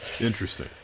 Interesting